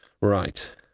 Right